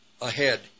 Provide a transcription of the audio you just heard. ahead